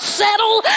settle